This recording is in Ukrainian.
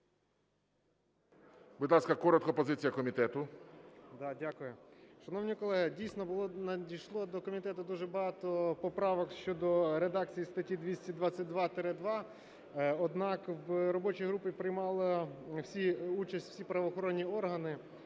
Дякую. Шановні колеги, дійсно, надійшло до комітету дуже багато поправок щодо редакції статті 222-2. Однак в робочій групі приймали участь всі правоохоронні органи,